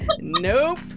Nope